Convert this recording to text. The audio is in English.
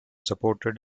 supported